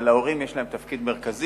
אבל להורים יש תפקיד מרכזי,